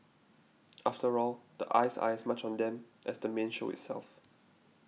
after all the eyes are as much on them as the main show itself